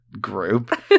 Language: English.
group